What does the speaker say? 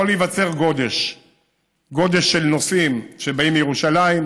יכול להיווצר גודש של נוסעים שבאים מירושלים,